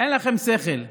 אין לכם שכל.